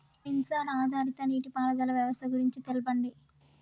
Censor ఆధారిత నీటిపారుదల వ్యవస్థ గురించి తెల్పండి?